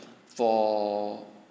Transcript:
for